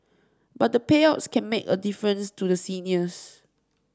but the payouts can make a difference to the seniors